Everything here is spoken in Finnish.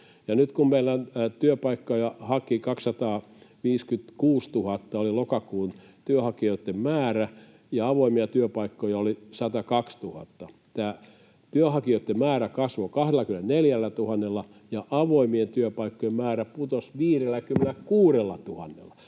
Nyt kun meillä työpaikkoja haki 256 000 — se oli lokakuun työnhakijoitten määrä — ja avoimia työpaikkoja oli 102 000 eli työnhakijoitten määrä kasvoi 24 000:lla ja avoimien työpaikkojen määrä putosi 56